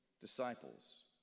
disciples